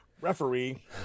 referee